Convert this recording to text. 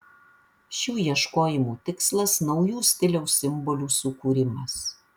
šių ieškojimų tikslas naujų stiliaus simbolių sukūrimas